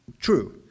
true